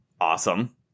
awesome